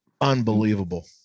Unbelievable